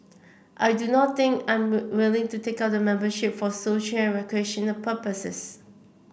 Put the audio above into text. I do not think I am willing to take up the membership for social recreational purposes